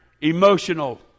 emotional